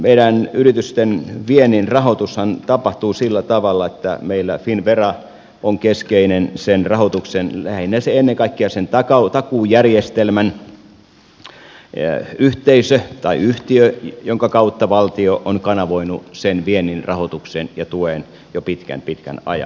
meidän yritysten viennin rahoitushan tapahtuu sillä tavalla että meillä finnvera on keskeinen sen rahoituksen lähinnä ennen kaikkea sen takuujärjestelmän yhtiö jonka kautta valtio on kanavoinut sen viennin rahoituksen ja tuen jo pitkän pitkän ajan